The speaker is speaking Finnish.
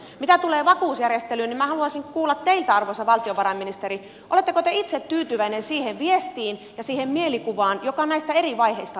mitä tulee vakuusjärjestelyyn niin minä haluaisin kuulla teiltä arvoisa valtiovarainministeri oletteko te itse tyytyväinen siihen viestiin ja siihen mielikuvaan joka näistä eri vaiheista on syntynyt